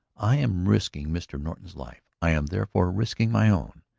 i am risking mr. norton's life i am therefore risking my own.